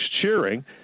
cheering